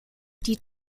die